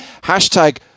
Hashtag